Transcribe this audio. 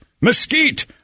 Mesquite